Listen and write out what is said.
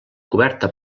coberta